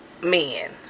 men